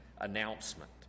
announcement